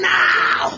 now